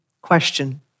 question